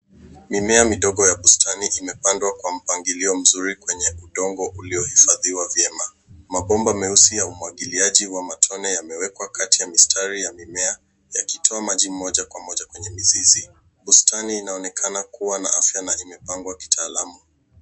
Mimea midogo ya bustani imepandwa kwa mpangilio mzuri kwenye udongo uliohifadhiwa vyema. Mabomba meusi ya umwagiliaji wa matone yamewekwa kati ya mistari ya mimea, yakitoa maji moja kwa moja kwenye mizizi. Bustani inaonekana kuwa na afya na imepangwa kitaalamu.